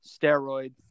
steroid